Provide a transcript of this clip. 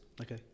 Okay